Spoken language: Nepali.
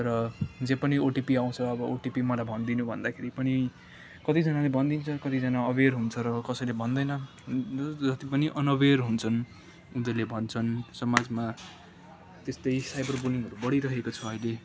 र जे पनि ओटिपी आउँछ अब ओटिपी मलाई भनिदिनु भन्दाखेरि पनि कतिजना भनिदिन्छ कतिजना अवेर हुन्छ र कसैले भन्दैनन् जति पनि अनअवेर हुन्छन् उनीहरूले भन्छन् समाजमा त्यस्तै साइबर बुलिङहरू बढिरहेको छ अहिले